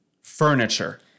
Furniture